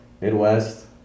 Midwest